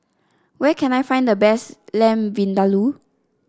where can I find the best Lamb Vindaloo